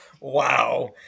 Wow